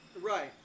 Right